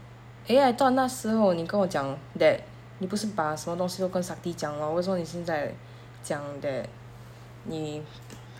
eh I thought 那时候你跟我讲 that 你不是把什么东西都跟 sakthi 讲 lor 为什么你现在讲 that 你